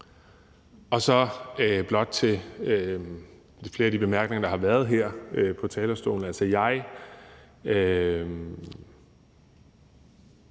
jeg blot til flere af de bemærkninger, der har været her fra talerstolen,